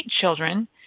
children